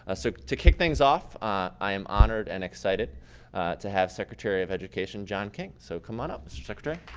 ah so, to kick things off, i am honored and excited to have secretary of education john king. so, come on up, mr. secretary.